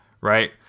right